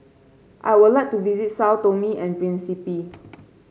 I would like to visit Sao Tome and Principe